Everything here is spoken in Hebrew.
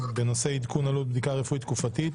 בנושא "עדכון עלות בדיקה רפואית תקופתית".